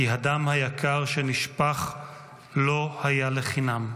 כי הדם היקר שנשפך לא היה לחינם.